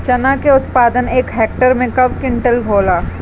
चना क उत्पादन एक हेक्टेयर में कव क्विंटल होला?